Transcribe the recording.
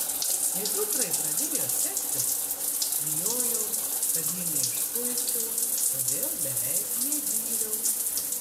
kai dukrai pradėjo sektis bijojau kad ji neišpuiktų todėl beveik negyriau